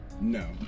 No